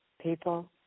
people